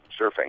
surfing